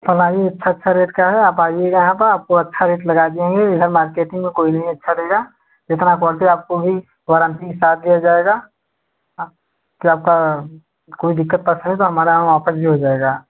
पलाई अच्छा अच्छा रेट का है आप आइएगा यहाँ पे आप आपको अच्छा रेट लगा देंगे इधर मार्केटिंग में कोई नहीं अच्छा देगा इतना क्वालिटी आपको भी वारंटी के साथ दिया जाएगा हाँ फिर आपका कोई दिक़्क़त पड़ता तो हमारे यहाँ वापस भी हो जाएगा